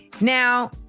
Now